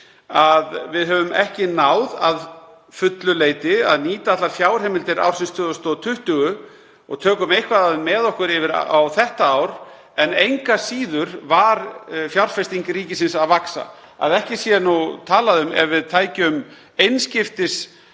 að við höfum ekki náð að fullu leyti að nýta allar fjárheimildir ársins 2020 og tökum eitthvað af þeim með okkur yfir á þetta ár en engu að síður var fjárfesting ríkisins að vaxa, að ekki sé nú talað um ef við tækjum einskiptisliði